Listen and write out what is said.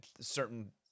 certain